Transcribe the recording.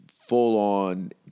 full-on